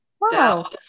Wow